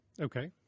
okay